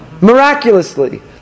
Miraculously